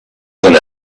than